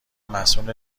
مسئول